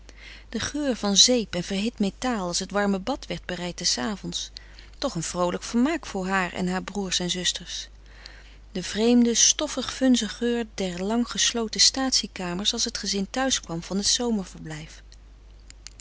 de geur van zeep en verhit metaal als het warme bad werd bereid des avonds toch een vroolijk vermaak voor haar en haar broers en zusters de vreemde stoffigvunze geur der lang gesloten staatsie kamers als het gezin thuis kwam van het